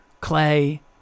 Clay